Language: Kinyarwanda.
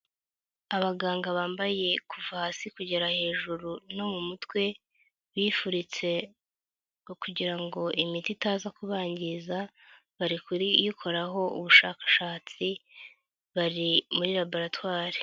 Abaganga bambaye kuva hasi kugera hejuru no mu mutwe, bifuritse kugira ngo imiti itaza kubangiza, bari kuyikoraho ubushakashatsi bari muri laboratwari.